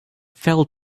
fell